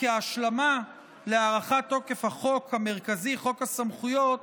וכהשלמה לחוק המרכזי, חוק הסמכויות,